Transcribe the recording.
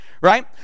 right